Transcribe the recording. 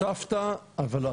הוספת, אתה